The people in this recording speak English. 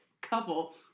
couple